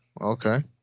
okay